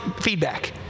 feedback